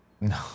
No